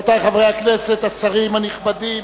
רבותי חברי הכנסת, השרים הנכבדים,